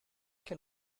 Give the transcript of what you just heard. can